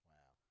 Wow